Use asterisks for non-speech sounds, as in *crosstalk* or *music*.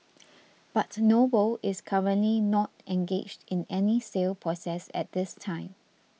*noise* but Noble is currently not engaged in any sale process at this time